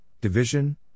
division